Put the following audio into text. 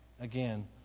again